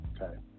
okay